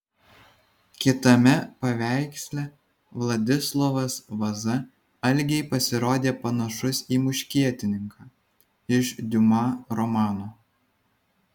kitame paveiksle vladislovas vaza algei pasirodė panašus į muškietininką iš diuma romano